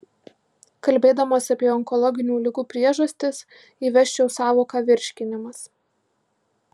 kalbėdamas apie onkologinių ligų priežastis įvesčiau sąvoką virškinimas